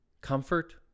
comfort